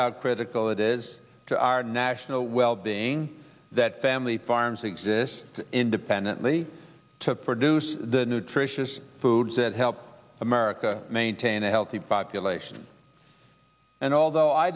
how critical it is to our national well being that family farms exist independently to produce the nutritious foods that help america maintain a healthy population and although i